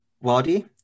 wadi